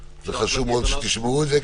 חשוב מאוד שתשמעו את זה,